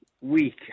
week